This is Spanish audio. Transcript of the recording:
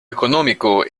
económico